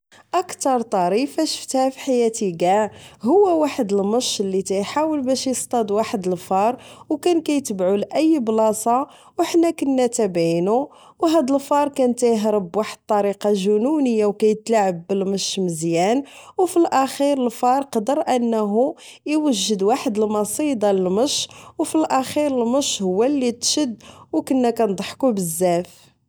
أكتر طريفة شفتها فحياتي ݣاع هو واحد المش لي تيحاول باش إصطاد واحد الفار أو كان كيتبعو لأي بلاصة أحنا كنا تبعينو أو هاد الفار كان تيهرب بواحد طريقة جنونية أو كيتلاعب بالمش مزيان أو فالأخير الفار قدر أنه يوجد واحد المصيدة للمش أو فالأخير المش هو لي تشد أو كنا كنضحكو بزاف